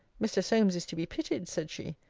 mr. solmes is to be pitied, said she.